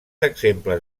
exemples